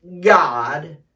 God